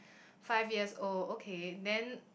five years old okay then